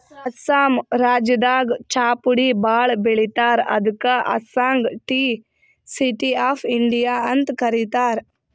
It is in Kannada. ಅಸ್ಸಾಂ ರಾಜ್ಯದಾಗ್ ಚಾಪುಡಿ ಭಾಳ್ ಬೆಳಿತಾರ್ ಅದಕ್ಕ್ ಅಸ್ಸಾಂಗ್ ಟೀ ಸಿಟಿ ಆಫ್ ಇಂಡಿಯಾ ಅಂತ್ ಕರಿತಾರ್